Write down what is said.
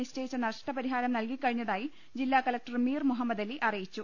നിശ്ചയിച്ചു നഷ്ടപരിഹാരം നൽകി കഴി ഞ്ഞതായി ജില്ലാകലക്ടർ മീർ ്മുഹമ്മദലി അറിയിച്ചു